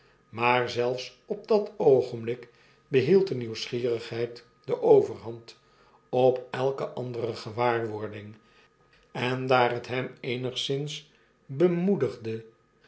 maar zelfs op dat oogenblik behield de nieuwsgierigheid de overhand op elke andere gewaarwording en daar het hem eenigszins bemoedigde